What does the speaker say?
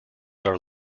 are